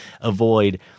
avoid